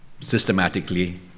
systematically